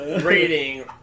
rating